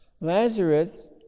Lazarus